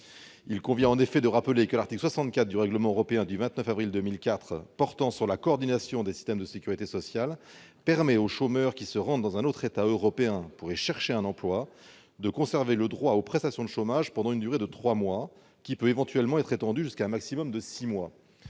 Il convient en effet de rappeler que l'article 64 du règlement européen du 29 avril 2004 portant sur la coordination des systèmes de sécurité sociale permet aux chômeurs qui se rendent dans un autre État européen pour y chercher un emploi de conserver le droit aux prestations de chômage pendant une durée de trois mois, laquelle peut être étendue jusqu'à six mois